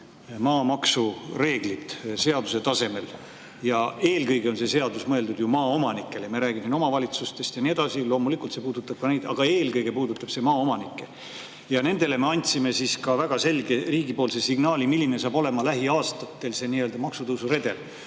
maamaksureeglid seaduse tasemel. Eelkõige on see seadus ju mõeldud maaomanikele. Me räägime omavalitsustest ja nii edasi, loomulikult see puudutab ka neid, aga eelkõige puudutab see maaomanikke ja nendele me andsime väga selge riigipoolse signaali, milline saab olema lähiaastatel see nii-öelda maksutõusuredel.